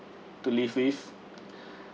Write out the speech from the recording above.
to live with